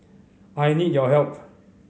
I need your help